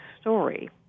story